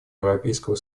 европейского